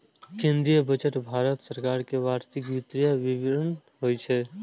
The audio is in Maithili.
केंद्रीय बजट भारत सरकार के वार्षिक वित्तीय विवरण होइ छै